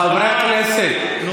חברי הכנסת,